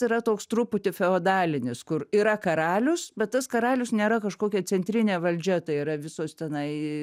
yra toks truputį feodalinis kur yra karalius bet tas karalius nėra kažkokia centrinė valdžia tai yra visos tenai